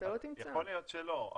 יכול להיות שלא.